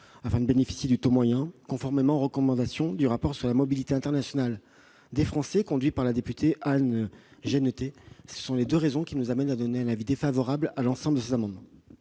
afin de bénéficier du taux moyen, conformément aux recommandations du rapport sur la mobilité internationale des Français remis par la députée Anne Genetet. Pour ces deux raisons, le Gouvernement émet un avis défavorable sur l'ensemble de ces amendements.